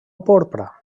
porpra